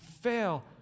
fail